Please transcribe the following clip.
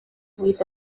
with